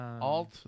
Alt